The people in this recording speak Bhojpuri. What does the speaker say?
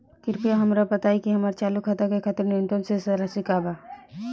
कृपया हमरा बताइ कि हमार चालू खाता के खातिर न्यूनतम शेष राशि का बा